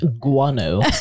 guano